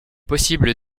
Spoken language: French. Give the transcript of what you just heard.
possible